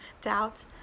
doubt